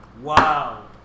Wow